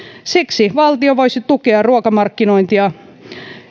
siksi valtio voisi tukea ruokamarkkinointia